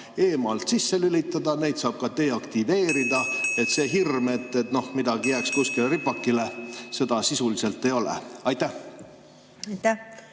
eemalt sisse lülitada, neid saab ka deaktiveerida, nii et seda hirmu, et midagi jääks kuskile ripakile, sisuliselt ei ole. Aitäh!